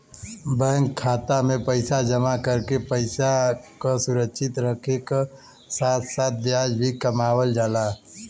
bank खाता में पैसा जमा करके पैसा क सुरक्षित रखे क साथ साथ ब्याज भी कमावल जाला